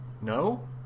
No